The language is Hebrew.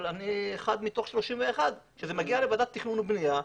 אבל אני אחד מתוך 31. כשזה מגיע לוועדת התכנון והבנייה,